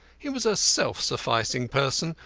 he was a self-sufficing person,